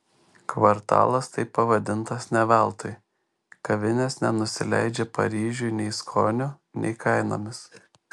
kvartalas taip pavadintas ne veltui kavinės nenusileidžia paryžiui nei skoniu nei kainomis